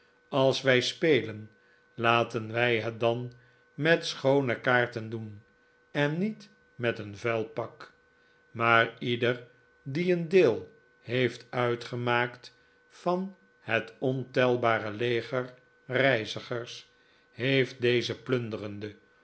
als wij spelen laten wij het dan met schoone kaarten doen en niet met een vuil pak maar ieder die een deel heeft uitgemaakt van het ontelbare leger reizigers heeft deze plunderende